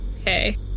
Okay